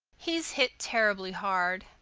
he's hit terribly hard.